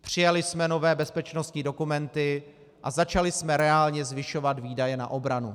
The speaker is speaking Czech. Přijali jsme nové bezpečnostní dokumenty a začali jsme reálně zvyšovat výdaje na obranu.